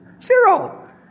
Zero